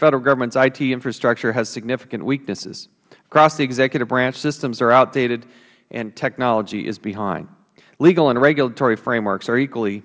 federal government's it infrastructure has significant weaknesses across the executive branch systems are outdated and technology is behind legal and regulatory frameworks are equally